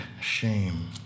shame